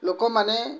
ଲୋକମାନେ